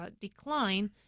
decline